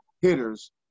hitters